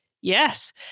Yes